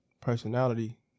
personality